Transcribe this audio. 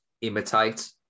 imitate